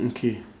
okay